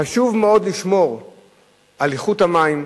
חשוב מאוד לשמור על איכות המים,